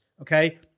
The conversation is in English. okay